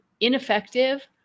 ineffective